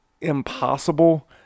impossible